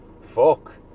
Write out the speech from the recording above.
fuck